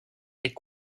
est